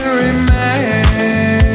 remain